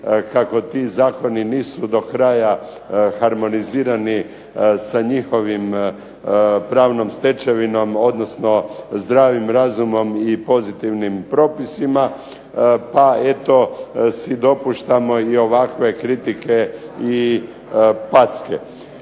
kako ti zakoni nisu do kraja harmonizirani sa njihovom pravnom stečevinom odnosno zdravim razumom i pozitivnim propisima, pa eto si dopuštamo ovakve kritike i packe.